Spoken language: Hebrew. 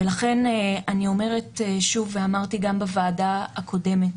ולכן אני אומרת שוב, ואמרתי גם בוועדה הקודמת